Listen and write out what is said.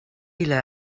ille